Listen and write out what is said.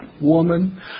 woman